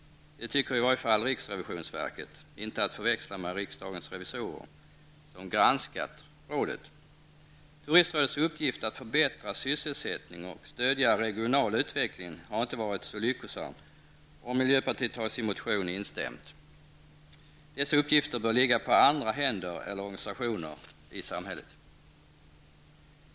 Det tycker i varje fall riksrevisionsverket, inte att förväxla med riksdagens revisorer, som granskat rådet. Turistrådet har inte varit så lyckosamt i sin uppgift att förbättra sysselsättning och stödja regional utveckling. Miljöpartiet har sin motion instämt i detta. Dessa uppgifter bör ligga på andra händer eller organisationer i samhället.